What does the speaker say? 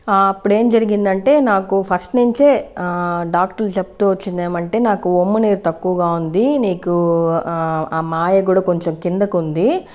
అప్పుడు ఏం జరిగిందంటే నాకు ఫస్ట్ నుంచే డాక్టర్ చెప్తూ వచ్చిందంటే నాకు ఒమ్ము నీరు తక్కువగా ఉంది నీకు ఆ మాయ కూడా కొంచెం కిందకు ఉంది